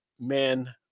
men